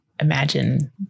imagine